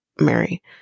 Mary